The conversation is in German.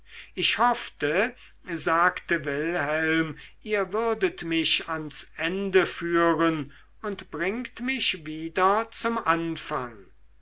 ich hoffte sagte wilhelm ihr würdet mich ans ende führen und bringt mich wieder zum anfang